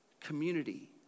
community